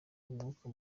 umwuka